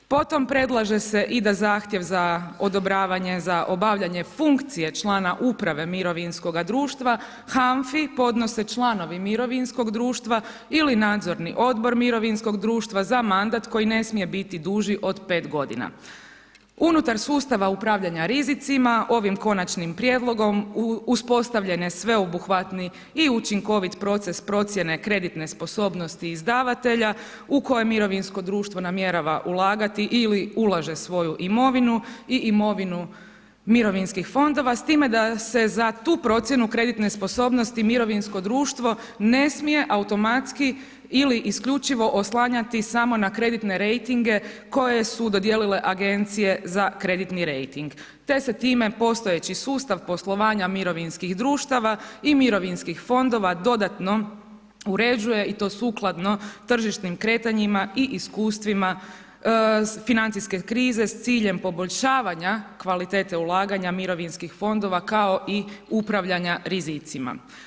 Potom predlaže se i da zahtjev za odobravanja za obavljanje funkcije člana uprave mirovinskog društva, HANFA-i podnos članovi mirovinskog društva ili nadzorni odbor mirovinskog društva za mandat koji ne smije biti duži od 5 g. Unutar sustava upravljanja rizicima, ovim konačnim prijedlogom uspostavljen je sveobuhvatni i učinkovit proces procjene kreditne sposobnosti izdavatelja u kojem mirovinsko društvo namjerava ulagati ili ulaže svoju imovinu i imovinu mirovinskih fondova s time da se za tu procjene kreditne sposobnosti mirovinsko društvo ne smije automatski ili isključivo oslanjati samo na kreditne rejtinge koje su dodijele agencije za kreditni rejting te se time postojeće sustav poslovanja mirovinskih društava i mirovinskih fondova dodatno uređuje i to sukladno tržišnim kretanjima i iskustvima financijske krize s ciljem poboljšavanja kvalitete ulaganja mirovinskih fondova kao i upravljanja rizicima.